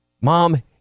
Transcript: Mom